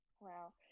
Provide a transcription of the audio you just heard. Wow